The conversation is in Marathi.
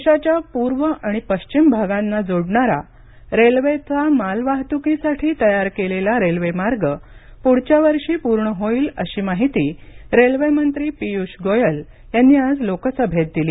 देशाच्या पूर्व आणि पश्चिम भागांना जोडणारा रेल्वेचा मालवाहतुकीसाठी तयार केलेला रेल्वेमार्ग पुढच्या वर्षी पूर्ण होईल अशी माहिती रेल्वेमंत्री पीयूष गोयल यांनी आज लोकसभेत दिली